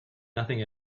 nothing